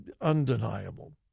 undeniable